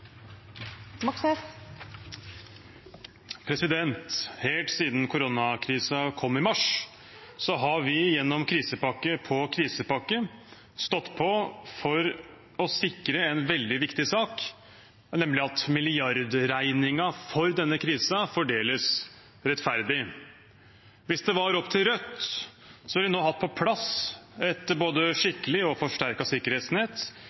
Helt siden koronakrisen kom i mars, har vi gjennom krisepakke på krisepakke stått på for å sikre en veldig viktig sak, nemlig at milliardregningen for denne krisen fordeles rettferdig. Hvis det var opp til Rødt, ville vi nå hatt på plass et både skikkelig og forsterket sikkerhetsnett